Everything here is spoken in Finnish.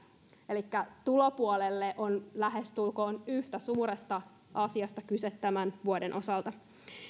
elikkä tulopuolella on lähestulkoon yhtä suuresta asiasta kyse tämän vuoden osalta